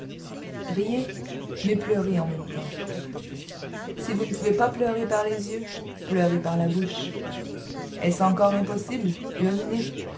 riez mais pleurez en même temps si vous ne pouvez pas pleurer par les yeux pleurez par la bouche est-ce encore impossible urinez